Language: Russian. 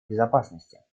безопасности